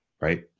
right